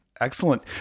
Excellent